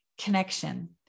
connection